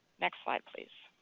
next slide please.